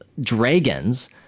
dragons